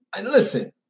Listen